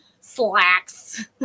Slacks